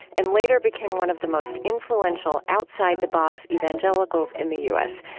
and later became one of the most influential outside the box evangelicals in the u s,